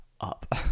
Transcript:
up